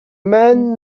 man